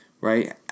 right